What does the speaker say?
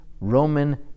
Roman